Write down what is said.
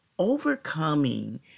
Overcoming